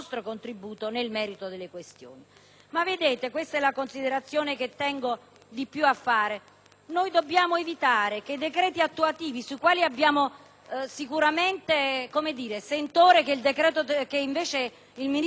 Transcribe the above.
nel merito. Questa è la considerazione cui tengo di più: noi dobbiamo evitare che i decreti attuativi, sui quali abbiamo un forte sentore che invece il ministro Tremonti sarà molto attivo,